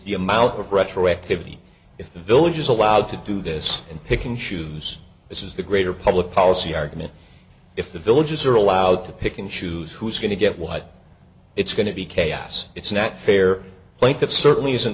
the amount of retroactivity if the village is allowed to do this and pick and choose this is the greater public policy argument if the villagers are allowed to pick and choose who's going to get what it's going to be chaos it's not fair point that certainly isn't